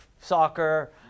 soccer